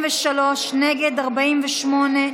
הגדלת הגמלה),